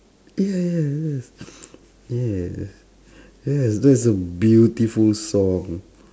ya ya yes yeah yes that's a beautiful song